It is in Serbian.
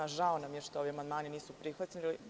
Žao nam je što ovi amandmani nisu prihvaćeni.